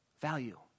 value